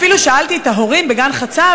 אפילו שאלתי את ההורים מגן "חצב"